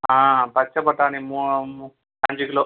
ஆ பச்சை பட்டாணி மூ மூ அஞ்சு கிலோ